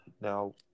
now